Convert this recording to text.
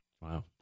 Wow